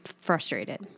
frustrated